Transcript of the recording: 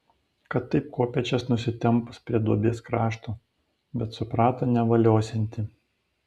kad taip kopėčias nusitempus prie duobės krašto bet suprato nevaliosianti